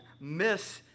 miss